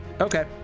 Okay